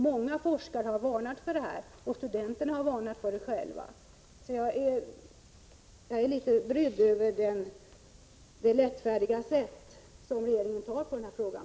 Många forskare har varnat för det här, och studenterna själva har också varnat för det. Jag är därför faktiskt litet brydd över hur lätt regeringen tar på den här frågan.